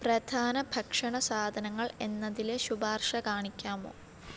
പ്രധാന ഭക്ഷണ സാധനങ്ങൾ എന്നതിലെ ശുപാർശ കാണിക്കാമോ